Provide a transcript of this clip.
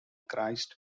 christ